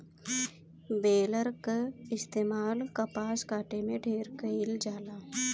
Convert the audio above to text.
baler कअ इस्तेमाल कपास काटे में ढेर कइल जाला